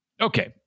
Okay